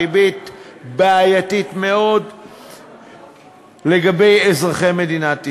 ריבית בעייתית מאוד לגבי אזרחי מדינת ישראל.